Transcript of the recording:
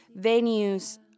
venues